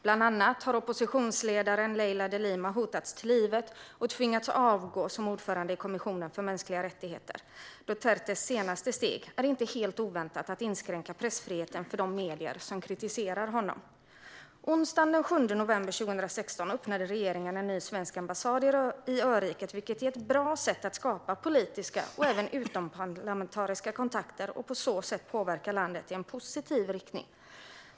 Bland annat har oppositionsledaren Leila de Lima hotats till livet och tvingats avgå som ordförande i kommissionen för mänskliga rättigheter. Dutertes senaste steg är inte helt oväntat att inskränka pressfriheten för de medier som kritiserar honom. Onsdagen den 7 november 2016 öppnade den svenska regeringen en ny ambassad i öriket. Det är ett bra sätt att skapa politiska och utomparlamentariska kontakter och påverka landet i en positiv riktning.